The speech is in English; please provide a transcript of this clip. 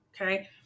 okay